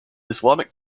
islamic